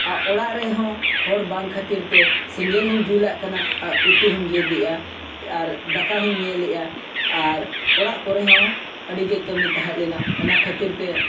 ᱚᱲᱟᱜ ᱨᱮᱦᱚᱸ ᱦᱚᱲ ᱵᱟᱝ ᱠᱷᱟᱹᱛᱤᱨᱛᱮ ᱥᱮᱸᱜᱮᱞ ᱦᱚᱧ ᱡᱩᱞᱟᱜ ᱠᱟᱱᱟ ᱟᱨ ᱩᱛᱩᱦᱚᱧ ᱜᱮᱫᱮᱫᱼᱟ ᱟᱨ ᱫᱟᱠᱟᱦᱚᱧ ᱧᱮᱞᱮᱜᱼᱟ ᱟᱨ ᱚᱲᱟᱜ ᱠᱚᱨᱮ ᱦᱚᱸ ᱟᱹᱰᱤᱜᱮ ᱠᱟᱹᱢᱤ ᱛᱟᱦᱮᱸᱞᱮᱱᱟ ᱚᱱᱟ ᱠᱷᱟᱹᱛᱤᱨᱛᱮ